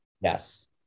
Yes